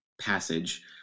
passage